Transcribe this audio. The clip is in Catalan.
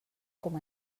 com